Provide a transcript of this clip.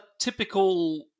typical